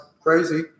crazy